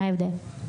מה ההבדל?